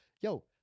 yo